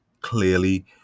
clearly